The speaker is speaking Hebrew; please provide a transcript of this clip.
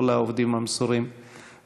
לא לעובדים המסורים,